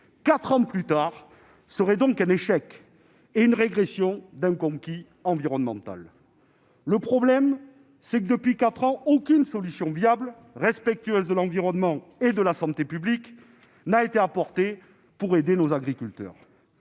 quatre ans plus tard, serait un échec et une régression d'un conquis environnemental. Le problème, c'est que, depuis quatre ans, aucune solution viable, respectueuse de l'environnement et de la santé publique, n'a été apportée à nos agriculteurs.